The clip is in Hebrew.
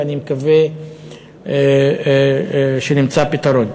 ואני מקווה שנמצא פתרון.